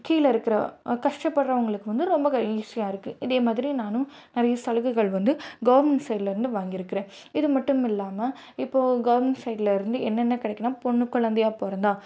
கீழே இருக்கிற கஷ்டப்படுறவங்களுக்கு வந்து ரொம்ப மகிழ்ச்சியா இருக்குது இதேமாதிரி நானும் நிறைய சலுகைகள் வந்து கவுர்மெண்ட் சைட்லேருந்து வாங்கியிருக்குறேன் இதுமட்டும் இல்லாமல் இப்போது கவுர்மெண்ட் சைட்லேருந்து என்னென்ன கிடைக்குன்னா பொண்ணு குலந்தையா பிறந்தா